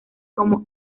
como